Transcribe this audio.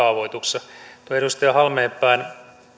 kaavoituksessa tuohon edustaja halmeenpään